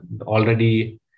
already